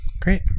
Great